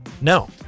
No